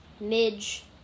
Midge